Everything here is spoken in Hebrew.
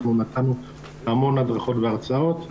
אנחנו נתנו המון הדרכות והרצאות.